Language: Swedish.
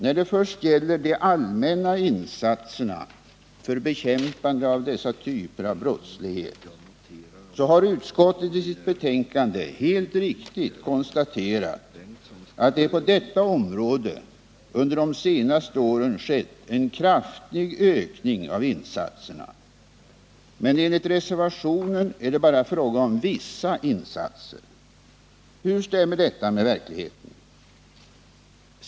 När det till att börja med gäller de allmänna insatserna för bekämpande av dessa typer av brottslighet har utskottet i sitt betänkande helt riktigt konstaterat att det på detta område under de senaste åren skett en kraftig ökning av insatserna. Men enligt reservationen är det bara fråga om ”vissa insatser”. Hur stämmer nu detta med verkligheten?